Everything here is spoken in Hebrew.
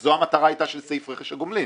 שזו הייתה המטרה של סעיף רכש הגומלין.